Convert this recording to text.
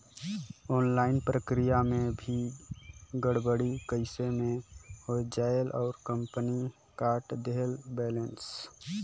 Online प्रक्रिया मे भी गड़बड़ी कइसे मे हो जायेल और कंपनी काट देहेल बैलेंस?